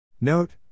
NOTE